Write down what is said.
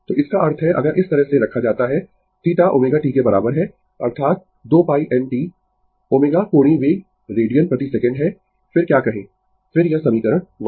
तो इसका अर्थ है अगर इस तरह से रखा जाता है θ ω t के बराबर है अर्थात 2 π n t ω कोणीय वेग रेडियन प्रति सेकंड है फिर क्या कहें फिर यह समीकरण वह